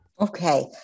Okay